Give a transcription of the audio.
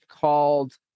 called